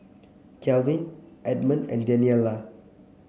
Kalvin Edmon and Daniella